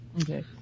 Okay